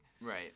Right